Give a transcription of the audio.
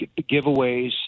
giveaways